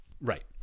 Right